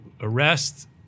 arrest